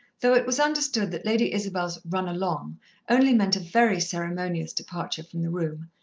though it was understood that lady isabel's run along only meant a very ceremonious departure from the room,